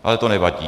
Ale to nevadí.